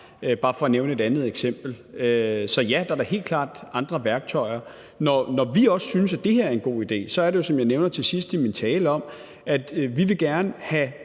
bare for at nævne et andet eksempel. Så ja, der er da helt klart andre værktøjer. Når vi også synes, at det her er en god idé, er det jo, som jeg nævnte til sidst i min tale, fordi vi gerne vil